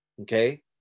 okay